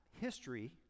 history